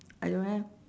I don't have